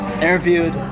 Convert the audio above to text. Interviewed